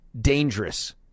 dangerous